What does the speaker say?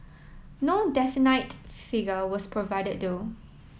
no definite figure was provided though